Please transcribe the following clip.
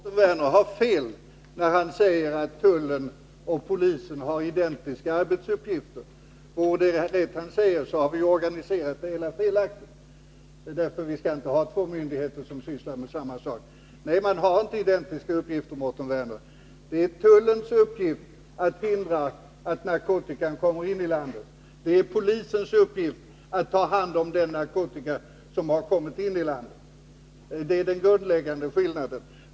Fru talman! Mårten Werner har fel när han säger att tullen och polisen har identiska arbetsuppgifter. Vore det han säger rätt, har vi organiserat det hela felaktigt. Vi skall inte ha två myndigheter som sysslar med samma sak. De har inte identiska uppgifter, Mårten Werner. Det är tullens uppgift att hindra att narkotikan kommer in i landet, det är polisens uppgift att ta hand om den narkotika som har kommit in i landet. Det är den grundläggande skillnaden.